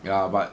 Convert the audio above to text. ya but